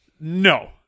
no